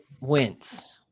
wins